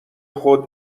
خود